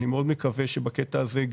אני מאוד מקווה שבקטע הזה,